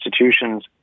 institutions